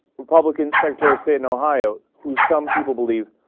republican secretary said no higher who some people believe